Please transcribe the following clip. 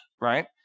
right